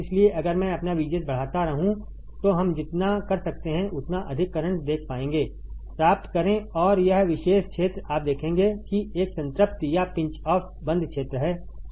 इसलिए अगर मैं अपना VGS बढ़ाता रहूं तो हम जितना कर सकते हैं उतना अधिक करंट देख पाएंगे प्राप्त करें और यह विशेष क्षेत्र आप देखेंगे कि एक संतृप्ति या पिंच ऑफ बंद क्षेत्र है सही